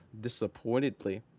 disappointedly